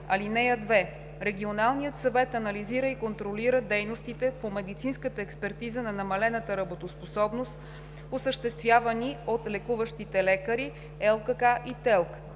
НОИ. (2) Регионалният съвет анализира и контролира дейностите по медицинската експертиза на намалената работоспособност, осъществявани от лекуващите лекари, ЛКК и ТЕЛК.